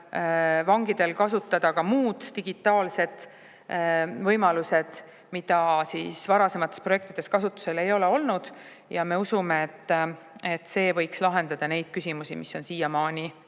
vangidel kasutada muud digitaalsed võimalused, mida varasemates projektides kasutusel ei ole olnud. Me usume, et see võiks lahendada neid küsimusi, mis on siiamaani